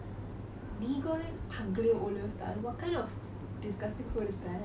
mee goreng aglio olio style what kind of disgusting food is that